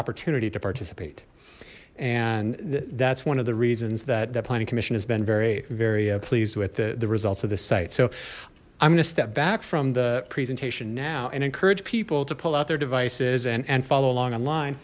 opportunity to participate and that's one of the reasons that the planning commission has been very very pleased with the results of this site so i'm going to step back from the presentation now and encourage people to pull out their devices and follow along online